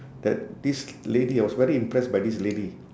that this lady I was very impressed by this lady